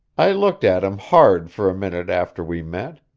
i looked at him hard for a minute after we met.